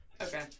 Okay